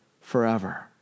forever